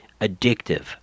Addictive